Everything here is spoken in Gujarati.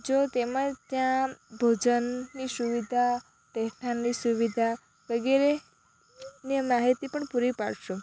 જો તેમાં ત્યાં ભોજનની સુવિધા રેહઠાણની સુવિધા વગેરેની માહિતી પણ પુરી પાડશો